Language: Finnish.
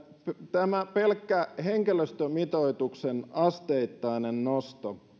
tämä pelkkä henkilöstömitoituksen asteittainen nosto